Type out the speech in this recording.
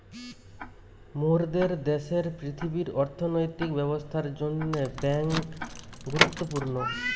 মোরদের দ্যাশের পৃথিবীর অর্থনৈতিক ব্যবস্থার জন্যে বেঙ্ক গুরুত্বপূর্ণ